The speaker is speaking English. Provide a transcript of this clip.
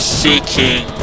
seeking